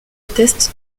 atteste